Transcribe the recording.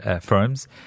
firms